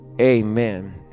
Amen